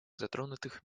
затронутых